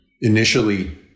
initially